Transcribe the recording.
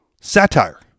satire